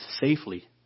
safely